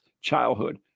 childhood